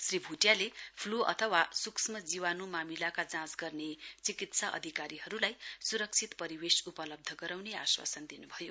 श्री भुटियाले फ्लू अथवा सूक्ष्म जीवानु मामिलाका जाँच गर्ने चिकित्सा अधिकारीहरुलाई सुरक्षित परिवेश उपलव्ध गराउने आश्वासन दिनुभयो